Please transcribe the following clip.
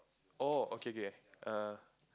oh okay K err